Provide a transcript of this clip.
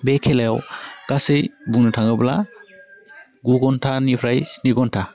बे खेलायाव गासै बुंनो थाङोब्ला गु घन्टानिफ्राय स्नि घन्टा